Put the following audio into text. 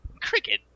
cricket